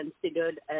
considered